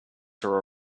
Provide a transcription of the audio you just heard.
her